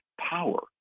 power